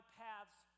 paths